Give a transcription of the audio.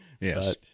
Yes